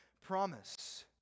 promise